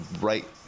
right